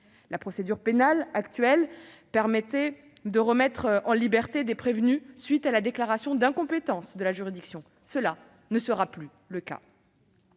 La procédure pénale actuelle permettait de remettre en liberté des prévenus à la suite de la déclaration d'incompétence de la juridiction ; cela ne sera plus le cas.